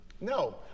No